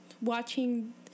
watching